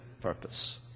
purpose